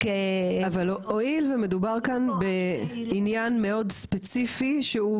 אבל הואיל ומדובר כאן בעניין מאוד ספציפי שהוא,